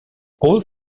all